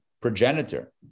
progenitor